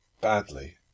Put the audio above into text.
badly